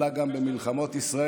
הוא עלה גם במלחמות ישראל,